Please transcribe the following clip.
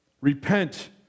repent